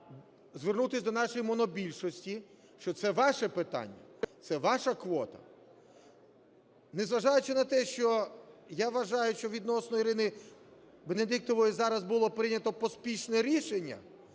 звернутись до нашої монобільшості, що це ваше питання, це ваша квота. Не зважаючи на те, що я вважаю, що відносно Ірини Венедіктової було зараз прийнято поспішне рішення,